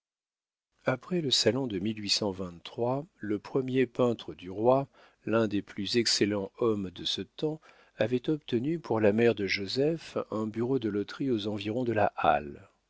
après le salon de le premier peintre du roi l'un des plus excellents hommes de ce temps avait obtenu pour la mère de joseph un bureau de loterie aux environs de la halle